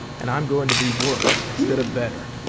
and i'm going to be worse instead of better.